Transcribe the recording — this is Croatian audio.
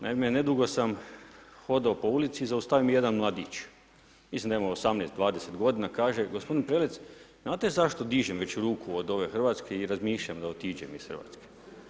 Naime, nedugo sam hodao po ulici i zaustavi me jedan mladić, mislim da ima 18, 20 godina, i kaže – Gospodin Prelec, znate zašto dižem već ruku od ove Hrvatske i razmišljam da otiđem iz Hrvatske?